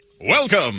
welcome